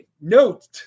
Note